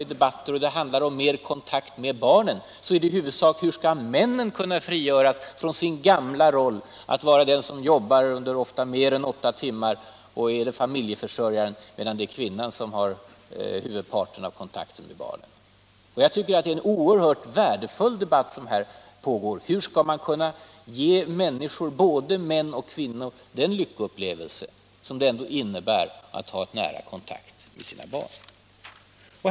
Om kvinnofrigörelsom jag brukar delta i om kontakt med barnen är frågan i huvudsak: — sen Hur skall männen kunna frigöras från sin gamla roll att vara den som jobbar, ofta mer än åtta timmar om dagen, och stå för familjens försörjning, medan det är kvinnan som har huvudparten av kontakten med barnen? Jag tycker det är en oerhört värdefull debatt som pågår om hur man skall kunna ge människor, både män och kvinnor, den lyckoupplevelse som det innebär att ha nära kontakt med sina barn.